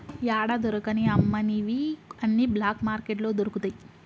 యాడా దొరకని అమ్మనివి అన్ని బ్లాక్ మార్కెట్లో దొరుకుతయి